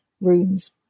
runes